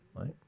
right